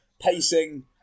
pacing